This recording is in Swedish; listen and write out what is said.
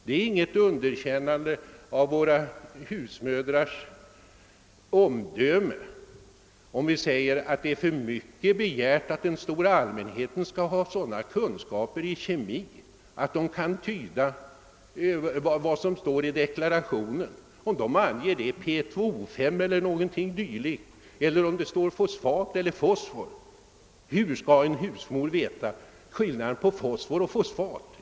Det innebär inte något underkännande av våra husmödrars omdöme, om vi anser att det är för mycket begärt att medborgarna i gemen skall ha sådana kunskaper i kemi att de kan förstå vad som står i en dylik deklaration. Där skulle kanske komma att stå P,O, eller fosfat eller fosfor. Hur skall en husmor kunna veta skillnaden mellan fosfor och fosfat?